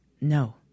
No